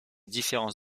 différence